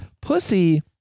Pussy